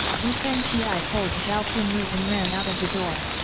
wu fangfei pulled zhao qianru and ran out of the door.